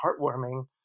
heartwarming